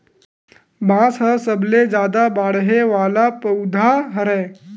बांस ह सबले जादा बाड़हे वाला पउधा हरय